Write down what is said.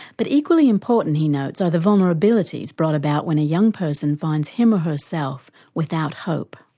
but equally important he notes are the vulnerabilities brought about when a young person finds him or herself without hope.